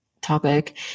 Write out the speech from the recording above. topic